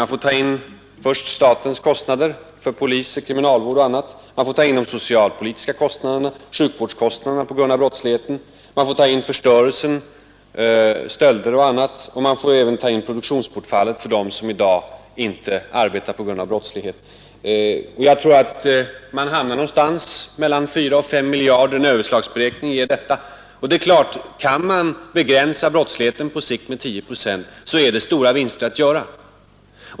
Man får först ta in statens kostnader för polis, kriminalvård osv. Man får ta med socialpolitiska kostnader, sjukvårdskostnader på grund av brottslighet, förstörelse, stölder liksom även produktionsbortfallet för dem som i dag inte arbetar på grund av brottslighet. Jag tror man hamnar någonstans mellan fyra och fem miljarder kronor, en överslagsberäkning ger denna summa. Kan man på sikt begränsa brottsligheten med tio procent är det stora vinster att göra.